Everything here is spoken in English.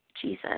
Jesus